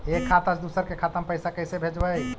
एक खाता से दुसर के खाता में पैसा कैसे भेजबइ?